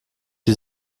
die